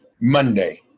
Monday